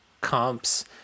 comps